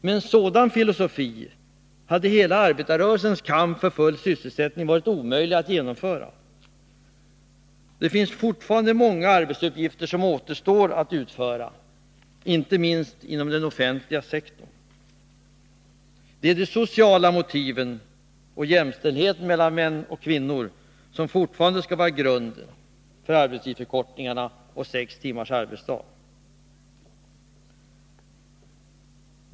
Med en sådan filosofi hade hela arbetarrörelsens kamp för full sysselsättning varit omöjlig att genomföra. Det finns fortfarande många arbetsuppgifter som återstår att utföra, inte minst inom den offentliga sektorn. Det är de sociala motiven och jämställdheten mellan kvinnor och män som fortfarande skall vara grunden för arbetstidsförkortningar och sex timmars arbetsdag.